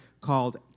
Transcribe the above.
called